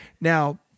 Now